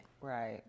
Right